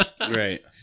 right